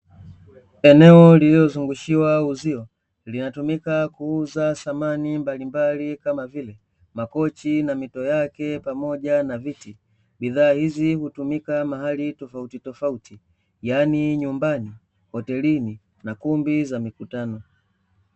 Eneo lililizungushiwa uzio linalotumika kuuaza samani mbalimbali kama vile makochi na mito yake pamoja na viti, bidhaa hizi hutumika mahali tofautitofauti yani nyumbani, hotelini na kumbi za mikutano.